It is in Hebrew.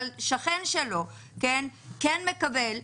אבל שכן שלו כן מקבל,